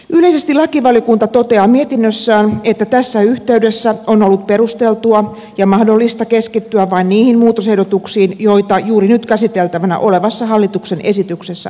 yleisesti lakivaliokunta toteaa mietinnössään että tässä yhteydessä on ollut perusteltua ja mahdollista keskittyä vain niihin muutosehdotuksiin joita juuri nyt käsiteltävänä olevassa hallituksen esityksessä on tehty